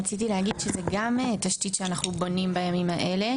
רציתי להגיד שזה גם תשתית שאנחנו בונים בימים האלה,